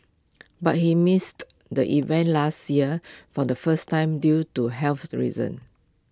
but he missed the event last year for the first time due to health reasons